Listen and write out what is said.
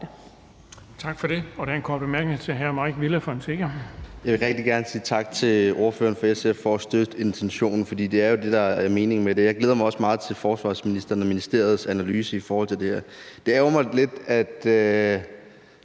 til hr. Mike Villa Fonseca. Kl. 10:36 Mike Villa Fonseca (UFG): Jeg vil rigtig gerne sige tak til ordføreren for SF for at støtte intentionen, for det er jo det, der er meningen med det. Jeg glæder mig også meget til forsvarsministerens og ministeriets analyse af det her. Det ærgrer mig lidt, at